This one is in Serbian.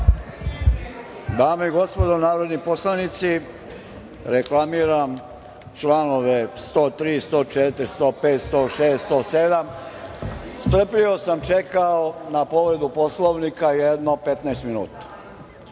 Dame i gospodo narodni poslanici, reklamiram članove 103, 104, 105, 106. i 107.Strpljivo sam čekao na povredu Poslovnika jedno 15 minuta.